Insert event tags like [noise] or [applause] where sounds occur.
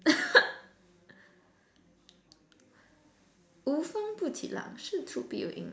[laughs] 无风不起浪事出必有因